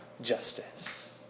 justice